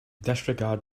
disregard